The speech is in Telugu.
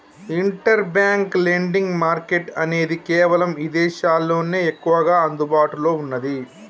ఇంటర్ బ్యాంక్ లెండింగ్ మార్కెట్ అనేది కేవలం ఇదేశాల్లోనే ఎక్కువగా అందుబాటులో ఉన్నాది